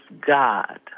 God